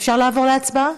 אפשר לעבור להצבעה?